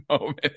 moment